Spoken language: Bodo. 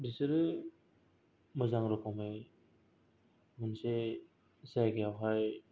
बिसोरो मोजां र'खमै मोनसे जायगायाव हाय